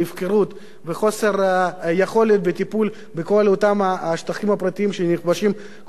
וחוסר יכולת בטיפול בכל אותם השטחים הפרטיים שנכבשים כל שני וחמישי.